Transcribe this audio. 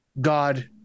God